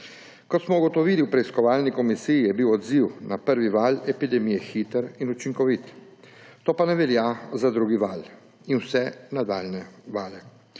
Kot smo ugotovili v preiskovalni komisiji, je bil odziv na prvi val epidemije hiter in učinkovit, to pa ne velja za drugi val in vse nadaljnje vale.